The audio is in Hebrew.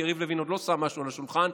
יריב לוין עוד לא שם משהו על השולחן,